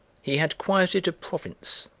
he had quieted a province,